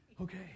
Okay